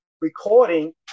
recording